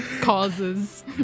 Causes